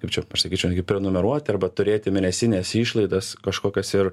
kaip čia aš sakyčiau netgi prenumeruoti arba turėti mėnesines išlaidas kažkokias ir